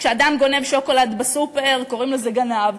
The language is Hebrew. כשאדם גונב שוקולד בסופר קוראים לזה "גנב",